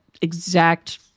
exact